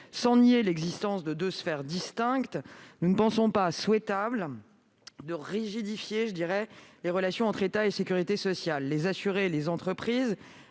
Sans nier l'existence de deux sphères distinctes, nous ne pensons pas souhaitable de rigidifier les relations entre l'État et la sécurité sociale. Les assurés et les entreprises